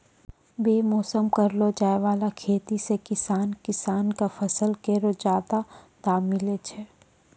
बेमौसम करलो जाय वाला खेती सें किसान किसान क फसल केरो जादा दाम मिलै छै